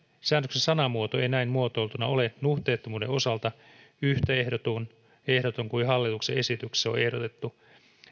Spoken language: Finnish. säännöksen sanamuoto ei ei näin muotoiltuna ole nuhteettomuuden osalta yhtä ehdoton ehdoton kuin hallituksen esityksessä on ehdotettu